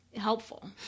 helpful